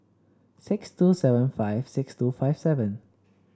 six two seven five six two five seven